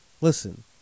Listen